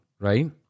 right